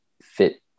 fit